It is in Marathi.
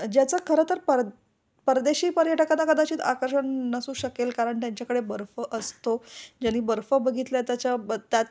ज्याचं खरं तर पर परदेशी पर्यटकांना कदाचित आकर्षण नसू शकेल कारण त्यांच्याकडे बर्फ असतो ज्यानी बर्फ बघितल्या त्याच्या ब त्यात